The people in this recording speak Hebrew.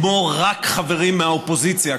כמו חברים רק מהאופוזיציה,